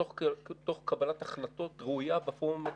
תוך קבלת החלטות ראויה בפורומים המתאימים.